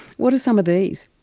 what are some of these?